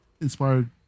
inspired